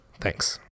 Thanks